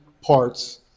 parts